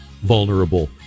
vulnerable